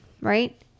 right